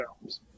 films